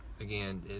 again